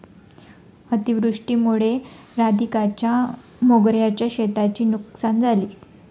अतिवृष्टीमुळे राधिकाच्या मोगऱ्याच्या शेतीची नुकसान झाले